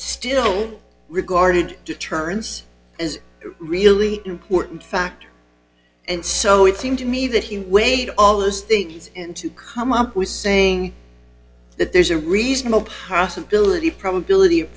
still regarded deterrence as really important factor and so it seemed to me that he weighed all those things and to come up with saying that there's a reasonable possibility probability of